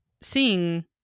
seeing